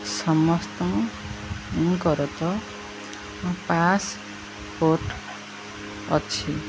ସମସ୍ତଙ୍କର ତ ପାସ୍ପୋର୍ଟ ଅଛି